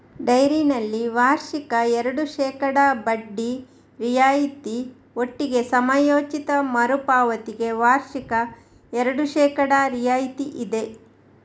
ಡೈರಿನಲ್ಲಿ ವಾರ್ಷಿಕ ಎರಡು ಶೇಕಡಾ ಬಡ್ಡಿ ರಿಯಾಯಿತಿ ಒಟ್ಟಿಗೆ ಸಮಯೋಚಿತ ಮರು ಪಾವತಿಗೆ ವಾರ್ಷಿಕ ಎರಡು ಶೇಕಡಾ ರಿಯಾಯಿತಿ ಇದೆ